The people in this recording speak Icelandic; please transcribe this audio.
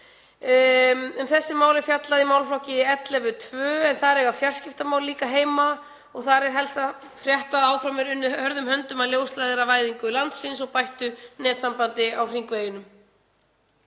Um þessi mál er fjallað í málaflokki 11.20 en þar eiga fjarskiptamál líka heima. Þar er helst að frétta að áfram er unnið hörðum höndum að ljósleiðaravæðingu landsins og bættu netsambandi á hringveginum.